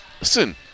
listen